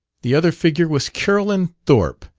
the other figure was carolyn thorpe,